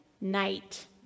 night